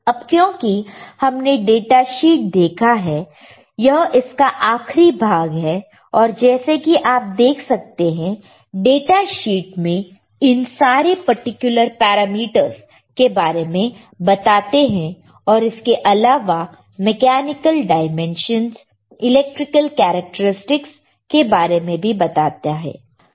अब क्योंकि हमने डेटाशीट देखा है यह इसका आखरी भाग है और जैसे कि आप देख सकते हैं डेटाशीट हमें इन सारे पर्टिकुलर पैरामीटर्स के बारे में बताता है और इसके अलावा मैकेनिकल डायमेंशन इलेक्ट्रिकल कैरेक्टरस्टिक्स के बारे में भी बताता है